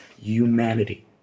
Humanity